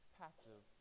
passive